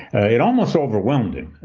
it almost overwhelmed him.